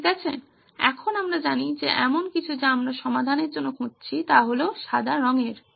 ঠিক আছে এখন আমরা জানি যে এমন কিছু যা আমরা সমাধানের জন্য খুঁজছি তা হল সাদা রঙের